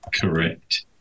Correct